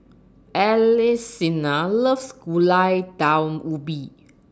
loves Gulai Daun Ubi